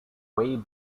wave